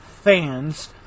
fans